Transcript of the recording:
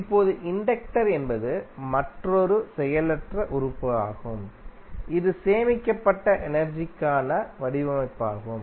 இப்போது இண்டக்டர் என்பது மற்றொரு செயலற்ற உறுப்பு ஆகும் இது சேமிக்கப்பட்ட எனர்ஜிக்கான வடிவமைப்பாகும்